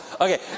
Okay